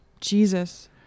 Jesus